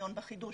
בחידוש.